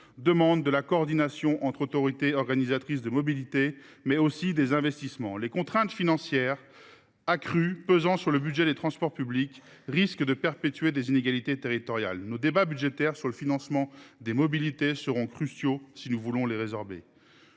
meilleure coordination entre les autorités organisatrices de la mobilité, mais aussi des investissements. Les contraintes financières accrues pesant sur le budget des transports publics risquent de perpétuer les inégalités territoriales. Nos débats budgétaires sur le financement des mobilités seront donc cruciaux si nous voulons les résorber.